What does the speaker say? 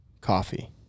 coffee